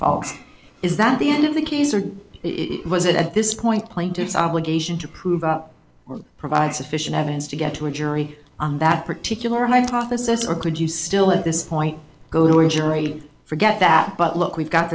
fox is that the end of the case or it wasn't at this point plaintiff's obligation to prove up or provide sufficient evidence to get to a jury on that particular hypothesis or could you still at this point go in generally forget that but look we've got